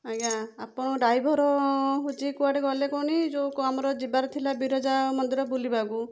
ଆଜ୍ଞା ଆପଣ ଡ୍ରାଇଭର ହଉଛି କୁଆଡ଼େ ଗଲେ କହନି ଯେଉଁ ଆମର ଯିବାର ଥିଲା ବିରଜା ମନ୍ଦିର ବୁଲିବାକୁ